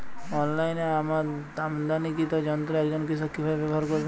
অনলাইনে আমদানীকৃত যন্ত্র একজন কৃষক কিভাবে ব্যবহার করবেন?